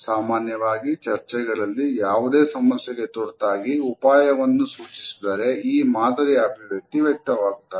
ಸಾಮಾನ್ಯವಾಗಿ ಚರ್ಚೆಗಳಲ್ಲಿ ಯಾವುದೇ ಸಮಸ್ಯೆಗೆ ತುರ್ತಾಗಿ ಉಪಾಯವನ್ನು ಸೂಚಿಸಿದರೆ ಈ ಮಾದರಿಯ ಅಭಿವ್ಯಕ್ತಿ ವ್ಯಕ್ತವಾಗುತ್ತದೆ